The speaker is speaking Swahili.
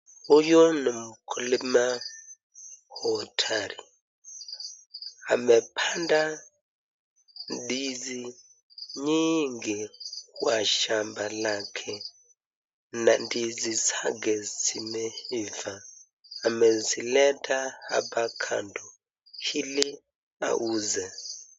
Huyu ni mkulima hodari amepanda ndizi nyingi kwa shamba lake na ndizi zake zimeiva. Amezileta hapa kando ili auze.